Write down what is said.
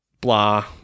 blah